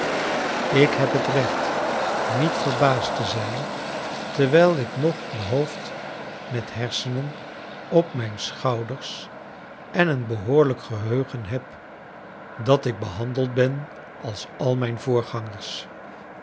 ik heb het recht niet verbaasd te zijn terwijl ik nog een hoofd met hersenen op mijn schouders en een behoorlijk geheugen heb dat ik behandeld ben als al mijn voorgangers